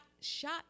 shot